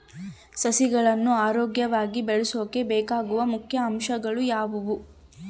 ಸಸಿಗಳನ್ನು ಆರೋಗ್ಯವಾಗಿ ಬೆಳಸೊಕೆ ಬೇಕಾಗುವ ಮುಖ್ಯ ಅಂಶಗಳು ಯಾವವು?